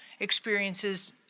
experiences